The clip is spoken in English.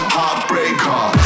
Heartbreaker